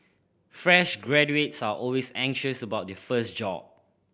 fresh graduates are always anxious about their first job